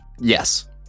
yes